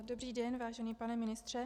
Dobrý den, vážený pane ministře.